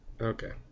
Okay